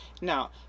Now